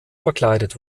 verkleidet